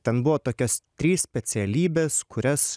ten buvo tokios tris specialybės kurias